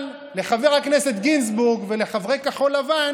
אבל לחבר הכנסת גינזבורג ולחברי כחול לבן